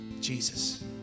Jesus